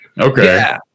Okay